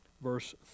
Verse